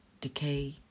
Decay